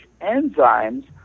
enzymes